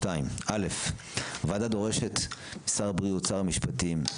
שתיים, א', הוועדה דורשת משר הבריאות, שר המשפטים,